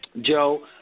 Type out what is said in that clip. Joe